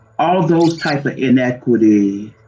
all those types of inequity